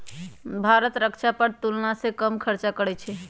भारत रक्षा पर तुलनासे कम खर्चा करइ छइ